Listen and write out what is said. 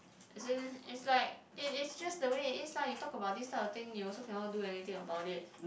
isn't is like it is just the way it is lah you talk about this kind of thing you also cannot do anything about it